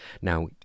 now